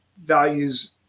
values